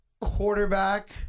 quarterback